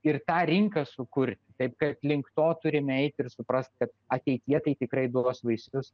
ir tą rinką sukurti taip kad link to turime eiti ir suprast kad ateityje tai tikrai duos vaisius